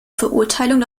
verurteilung